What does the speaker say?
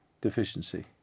deficiency